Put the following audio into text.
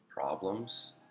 problems